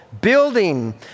building